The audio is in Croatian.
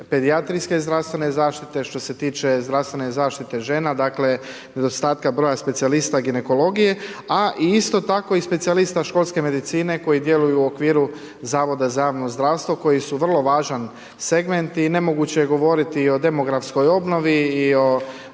pedijatrijske zdravstvene zaštite, što se tiče zdravstvene zaštite žena, dakle nedostatka broja specijalista ginekologije, a isto tako i specijaliste školske medicine koji djeluju u okviru zavoda za javno zdravstvo koji su vrlo važan segment i nemoguće je i govoriti i o demografskoj obnovi i o